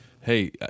Hey